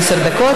עד עשר דקות.